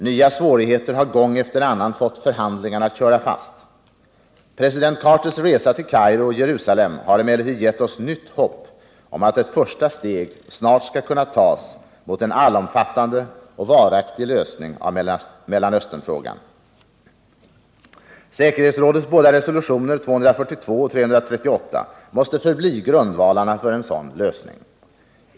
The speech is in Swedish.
Nya svårigheter har gång efter annan fått förhandlingarna att köra fast. President Carters resa till Kairo och Jerusalem har emellertid gett oss nytt hopp om att ett första steg snart skall kunna tas mot en allomfattande och varaktig lösning av Mellanösternfrågan. Säkerhetsrådets båda resolutioner 242 och 338 måste förbli grundvalarna för en sådan lösning.